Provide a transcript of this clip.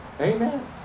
Amen